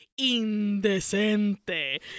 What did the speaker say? indecente